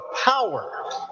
power